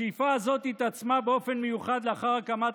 השאיפה הזאת התעצמה באופן מיוחד לאחר הקמת